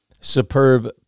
superb